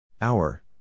Hour